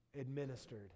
administered